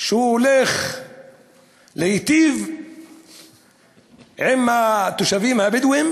הולך להטיב עם התושבים הבדואים.